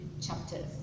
chapters